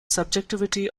subjectivity